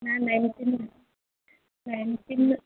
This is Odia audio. ନାଇଁ ନାଇଁ ସେମିତି ନାଇଁ ନାଇଁ ସେମିତି